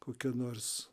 kokie nors